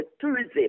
tourism